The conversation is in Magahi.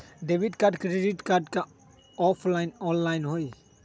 Debit card credit card offline online होई?